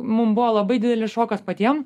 mum buvo labai didelis šokas patiem